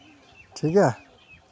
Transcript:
ᱴᱷᱤᱠ ᱜᱮᱭᱟ